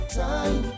time